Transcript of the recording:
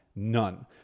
None